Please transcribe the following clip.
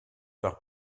par